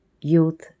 youth